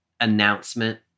announcement